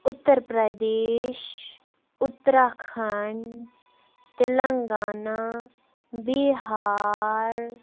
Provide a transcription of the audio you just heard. Uttar Pradesh Uttarakhand Telangana Bihar